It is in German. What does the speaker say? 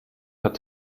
hat